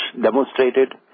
demonstrated